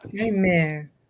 Amen